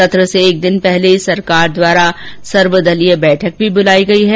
सत्र से एक दिन पहले सरकार द्वारा सर्वदलीय बैठक भी बुलाई गई है